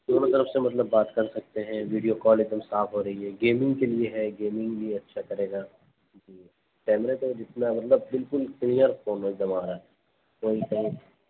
دونوں طرف سے مطلب بات کر سکتے ہیں ویڈیو کال ایک دم صاف ہو رہی ہے گیمنگ کے لیے ہے گیمنگ بھی اچھا کرے گا کیمرہ تو جتنا ہے مطلب بالکل کلیئر سونگ ایک دم آ رہا ہے کوئی